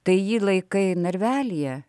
tai jį laikai narvelyje